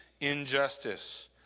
injustice